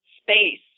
space